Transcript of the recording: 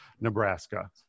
nebraska